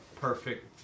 perfect